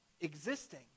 existing